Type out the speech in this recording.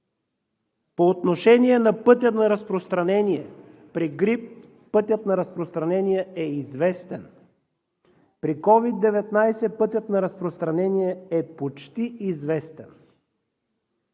По отношение на пътя на разпространение. При грип пътят на разпространение е известен. При COVID-19 пътят на разпространение е почти известен.